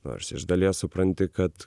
nors iš dalies supranti kad